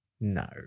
No